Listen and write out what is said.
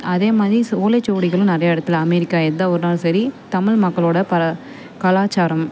அதே மாதிரி சு ஓலைச் சுவடிகளும் நிறையா இடத்துல அமெரிக்கா எந்த ஊருனாலும் சரி தமிழ் மக்களோட பல கலாச்சாரம்